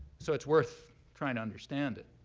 so it's worth trying to understand it.